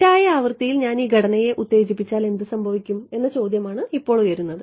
തെറ്റായ ആവൃത്തിയിൽ ഞാൻ ഈ ഘടനയെ ഉത്തേജിപ്പിച്ചാൽ എന്ത് സംഭവിക്കും എന്ന ചോദ്യമാണ് ഇപ്പോൾ ഉയരുന്നത്